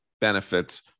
benefits